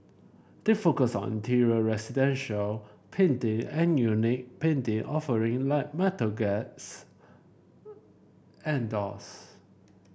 they focus on interior residential painting and unique painting offering like metal gates and doors